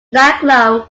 nightglow